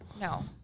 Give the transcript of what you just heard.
No